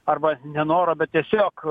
arba ne noro bet tiesiog